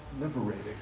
liberating